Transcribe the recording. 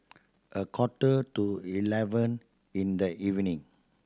a quarter to eleven in the evening